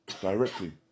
directly